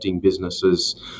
businesses